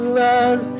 love